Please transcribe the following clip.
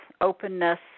openness